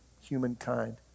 humankind